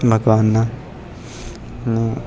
ભગવાનના અને